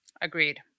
Agreed